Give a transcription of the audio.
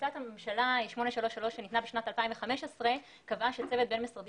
החלטת הממשלה 833 שניתנה בשנת 2015 קבעה שצוות בין-משרדי